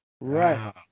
right